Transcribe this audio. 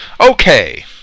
Okay